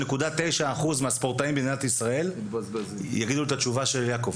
99.9% מהספורטאים במדינת ישראל יגידו את התשובה של יעקב